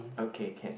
okay can